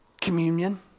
communion